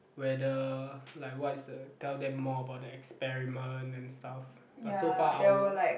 whether like what is the tell them more about the experiment and stuff but so far our